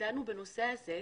דנו בנושא הזה.